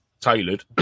tailored